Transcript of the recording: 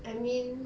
I mean